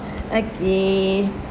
okay